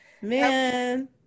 Man